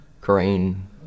green